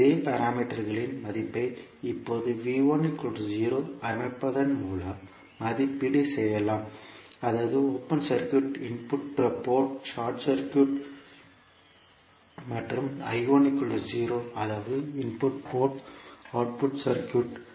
இங்கே பாராமீட்டர்களின் மதிப்பை இப்போது அமைப்பதன் மூலம் மதிப்பீடு செய்யலாம் அதாவது open port input port short circuit மற்றும் அதாவது இன்புட் போர்ட் ஓபன் சர்க்யூட்